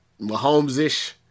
Mahomes-ish